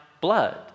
blood